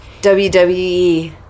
WWE